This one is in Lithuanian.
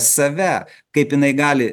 save kaip inai gali